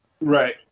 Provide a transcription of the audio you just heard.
Right